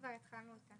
כבר התחלנו אותה.